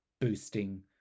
boosting